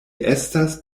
estas